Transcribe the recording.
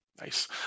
Nice